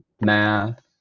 math